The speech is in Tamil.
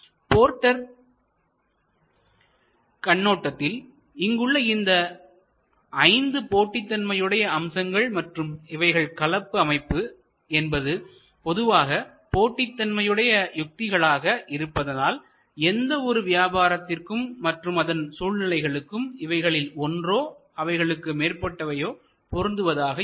போர்ட்டர் கண்ணோட்டத்தில் இங்குள்ள இந்த ஐந்து போட்டி தன்மையுடைய அம்சங்கள் மற்றும் இவைகள் கலப்பு அமைப்பு என்பது பொதுவாக போட்டிதன்மையுடைய யுத்திகள் ஆக இருப்பதால் எந்த ஒரு வியாபாரத்திற்கும் மற்றும் அதன் சூழ்நிலைகளுக்கும் இவைகளில் ஒன்றோ அவைகளுக்கு மேற்பட்டவை பொருந்துவதாக இருக்கும்